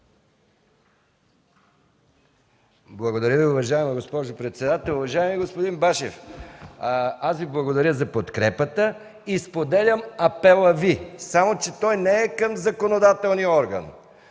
Благодаря Ви, уважаема госпожо председател. Уважаеми господин Башев, благодаря Ви за подкрепата и споделям апела Ви. Само че той не е към законодателния орган,